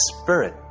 Spirit